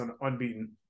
unbeaten